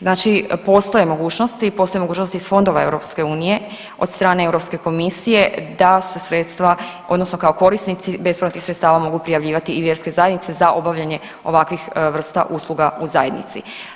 Znači postoje mogućnosti, postoje mogućnosti iz fondova EU od strane EK da se sredstva, odnosno kao korisnici bespovratnih sredstava mogu prijavljivati i vjerske zajednice za obavljanje ovakvih vrsta usluga u zajednici.